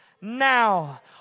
now